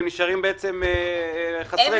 הם נשארים חסרי כל.